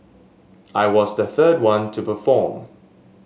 I was the third one to perform